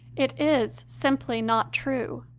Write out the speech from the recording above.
it is simply not true.